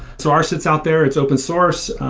so our sits out there. it's open source.